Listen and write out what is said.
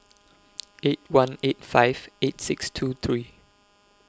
eight one eight five eight six two three